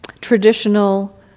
Traditional